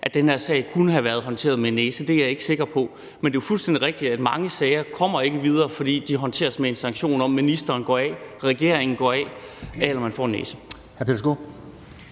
at den her sag kunne have været håndteret med en næse. Det er jeg ikke sikker på. Men det er fuldstændig rigtigt, at mange sager ikke kommer videre, fordi de håndteres med den sanktion, at ministeren går af, regeringen går af, eller at man får en næse.